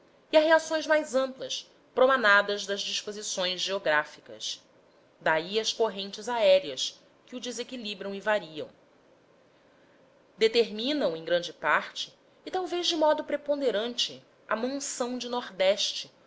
e a reações mais amplas promanadas das disposições geográficas daí as correntes aéreas que o desequilibram e variam determina o em grande parte e talvez de modo preponderante a monção de nordeste